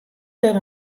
der